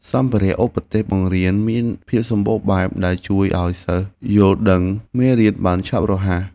សម្ភារៈឧបទេសបង្រៀនមានភាពសម្បូរបែបដែលជួយឱ្យសិស្សយល់ដឹងពីមេរៀនបានយ៉ាងឆាប់រហ័ស។